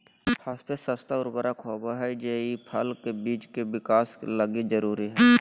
phosphate सस्ता उर्वरक होबा हइ जे कि फल बिज के विकास लगी जरूरी हइ